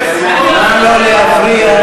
נא לא להפריע.